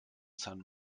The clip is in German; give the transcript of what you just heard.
san